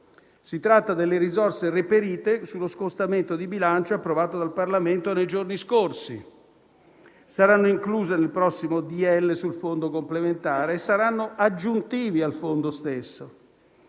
Si tratta delle risorse reperite con lo scostamento di bilancio approvato dal Parlamento nei giorni scorsi, saranno incluse nel prossimo decreto-legge sul Fondo complementare e saranno aggiuntive al fondo stesso.